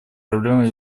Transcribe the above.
проблемы